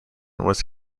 was